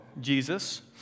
Jesus